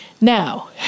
Now